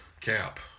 Cap